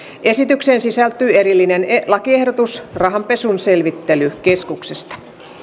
esitykseen sisältyy erillinen lakiehdotus rahanpesun selvittelykeskuksesta